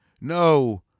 No